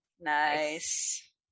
Nice